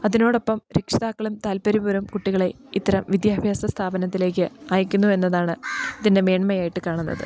അതിനോടൊപ്പം രക്ഷിതാക്കളും താല്പര്യപുരം കുട്ടികളെ ഇത്തരം വിദ്യാഭ്യാസ സ്ഥാപനത്തിലേക്ക് അയക്കുന്നുവെന്നതാണ് ഇതിൻ്റെ മേന്മയായിട്ട് കാണുന്നത്